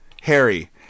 Harry